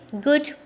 good